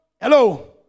hello